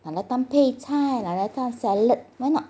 拿来当配菜拿来做 salad why not